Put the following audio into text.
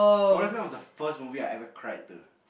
Forest-Man was the first movie I ever cried to